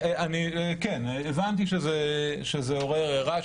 הבנתי שזה עורר רעש,